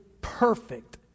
perfect